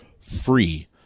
free